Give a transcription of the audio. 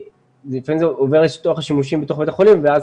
לפעמים זה עובר לשימושים בתוך בתי החולים ואז